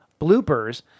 Bloopers